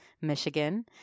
Michigan